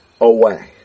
away